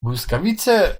błyskawice